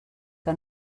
que